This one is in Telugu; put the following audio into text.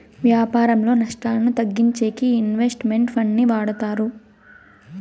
వ్యాపారంలో నష్టాలను తగ్గించేకి ఇన్వెస్ట్ మెంట్ ఫండ్ ని వాడతారు